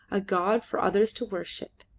a god for others to worship.